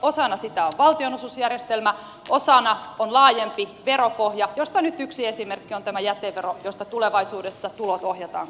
osana sitä on valtionosuusjärjestelmä osana on laajempi veropohja josta nyt yksi esimerkki on tämä jätevero josta tulevaisuudessa tulot ohjataan kunnille